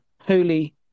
Holy